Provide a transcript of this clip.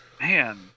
man